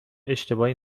اشتباهی